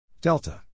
Delta